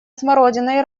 смородиной